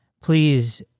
please